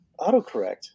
autocorrect